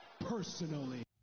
personally